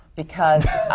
because